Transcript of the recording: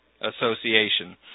Association